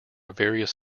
various